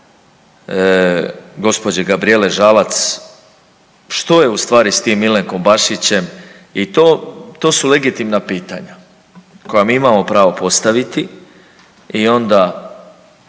gospođe Gabrijele Žalac, što je ustvari s tim Miljenkom Bašićem i to, to su legitimna pitanja koja mi imamo pravo postaviti i onda